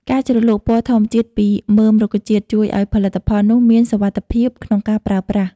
ការជ្រលក់ពណ៌ធម្មជាតិពីមើមរុក្ខជាតិ ជួយឱ្យផលិតផលនោះមានសុវត្ថិភាពក្នុងការប្រើប្រាស់។